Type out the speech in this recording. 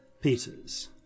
Peters